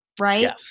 Right